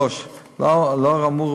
לאור האמור,